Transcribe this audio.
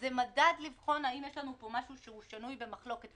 לבחון האם יש לנו משהו שנוי במחלוקת.